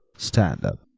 stand up.